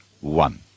one